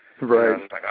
Right